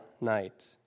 night